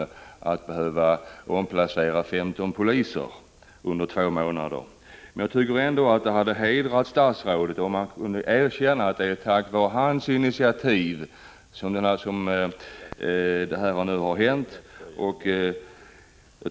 I samma artikel talas det också om tvångskommenderingar från justitieministern personligen till polismästarna i Malmö, Göteborg och Helsingfors.